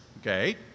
okay